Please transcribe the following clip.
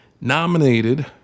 nominated